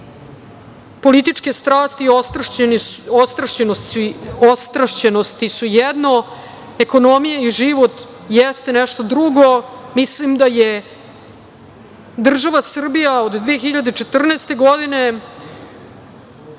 političke strasti i ostrašćenosti su jedno, ekonomija i život je nešto drugo. Mislim da je država Srbija od 2014. godine